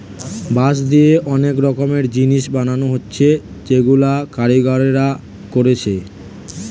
বাঁশ দিয়ে অনেক রকমের জিনিস বানানা হচ্ছে যেগুলা কারিগররা কোরছে